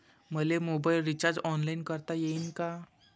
मले mobile recharge online करता येईन का?